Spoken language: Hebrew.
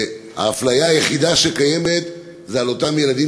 האפליה היחידה שקיימת היא של אותם ילדים